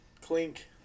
Clink